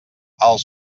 els